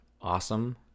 awesome